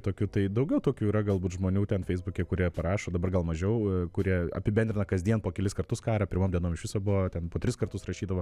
tokiu tai daugiau tokių yra galbūt žmonių ten feisbuke kurie prašo dabar gal mažiau kurie apibendrina kasdien po kelis kartus karą pirmom dienom iš viso buvo ten po tris kartus rašydavo